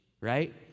right